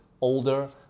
older